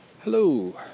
Hello